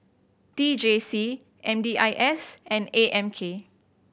T J C M D I S and A M K